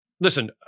listen